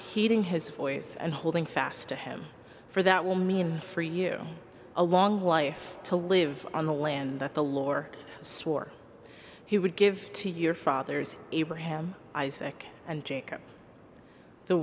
his voice and holding fast to him for that will mean for you a long life to live on the land that the lore swore he would give to your fathers abraham isaac and jacob the